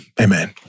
Amen